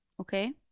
Okay